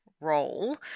role